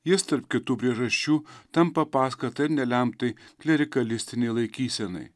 jis tarp kitų priežasčių tampa paskata ir nelemtai klerikalistinei laikysenai